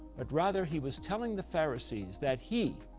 but rather he was telling the pharisees, that he,